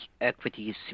Equities